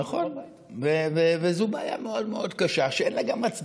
נכון, וזו בעיה מאוד מאוד קשה, שגם אין לה הצדקה.